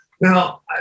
Now